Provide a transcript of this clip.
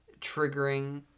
triggering